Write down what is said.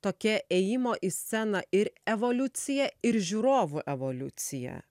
tokia ėjimo į sceną ir evoliucija ir žiūrovų evoliucija